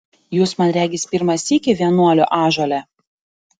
jūs man regis pirmą sykį vienuolio ąžuole